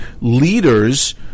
leaders